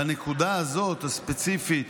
בנקודה הספציפית